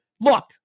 Look